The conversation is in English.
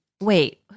Wait